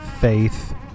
faith